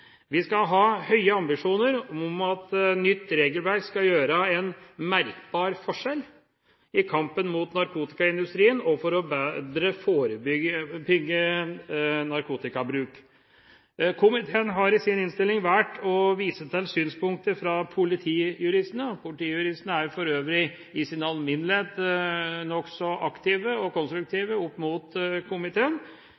Vi skal ha høye ambisjoner om at et nytt regelverk skal gjøre en merkbar forskjell i kampen mot narkotikaindustrien og for bedre å forebygge narkotikamisbruk. Komiteen har i sin innstilling valgt å vise til synspunkter fra Politijuristene. Politijuristene er for øvrig i sin alminnelighet nokså aktive og